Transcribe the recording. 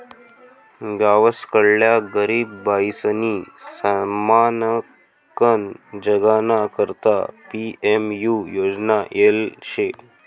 गावसकडल्या गरीब बायीसनी सन्मानकन जगाना करता पी.एम.यु योजना येल शे